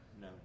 No